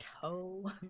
toe